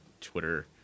Twitter